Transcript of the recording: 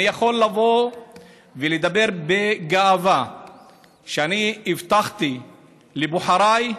אני יכול לבוא ולדבר בגאווה שאני הבטחתי לבוחריי